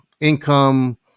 income